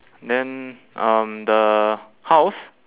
then um the house